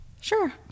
Sure